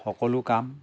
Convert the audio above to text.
সকলো কাম